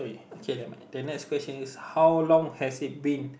okay the next question is how long has it been